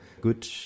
good